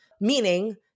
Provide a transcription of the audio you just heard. meaning